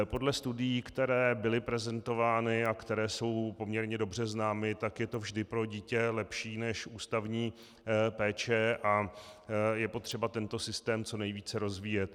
Podle studií, které byly prezentovány a které jsou poměrně dobře známy, tak je to vždy pro dítě lepší než ústavní péče a je potřeba tento systém co nejvíce rozvíjet.